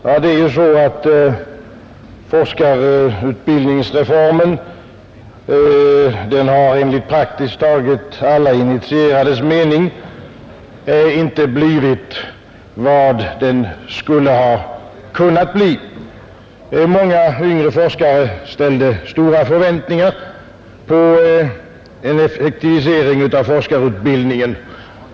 Herr talman! Forskarutbildningsreformen har enligt praktiskt taget alla initierades mening inte blivit vad den skulle ha kunnat bli. Många yngre forskare ställde stora förväntningar på en effektivisering av forskarutbildningen.